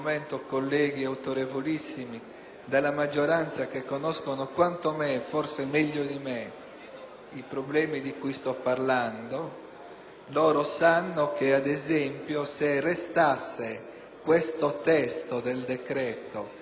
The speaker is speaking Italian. i problemi di cui sto parlando; loro sanno, ad esempio, che se questo testo del decreto rimanesse com'è, se cioè questo emendamento non venisse accolto, si interromperebbe,